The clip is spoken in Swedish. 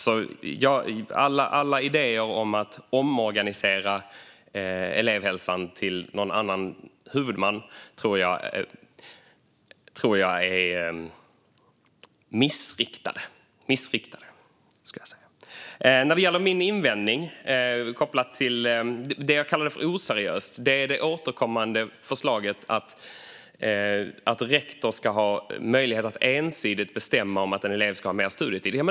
Alla idéer om att omorganisera elevhälsan till någon annan huvudman tror jag är missriktade. Min invändning, och det som jag kallade oseriöst, gäller det återkommande förslaget att rektor ska ha möjlighet att ensidigt bestämma att en elev ska ha mer studietid.